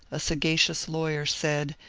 a sagacious law yer, said,